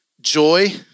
joy